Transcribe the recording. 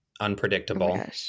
Unpredictable